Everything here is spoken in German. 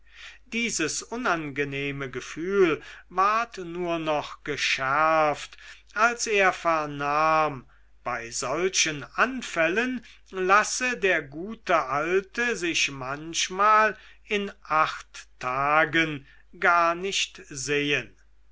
dieses unangenehme gefühl ward nur noch geschärft als er vernahm bei solchen anfällen lasse der gute alte sich manchmal in acht tagen gar nicht sehen